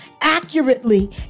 accurately